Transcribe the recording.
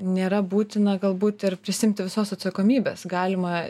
nėra būtina galbūt ir prisiimti visos atsakomybės galima